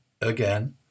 again